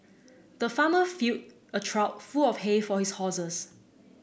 the farmer filled a trough full of hay for his horses